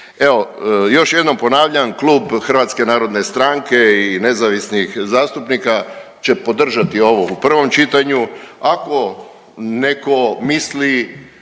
još jednom ponavljam klub Hrvatske narodne stranke i Nezavisnih zastupnika će podržati ovo u prvom čitanju. Ako netko misli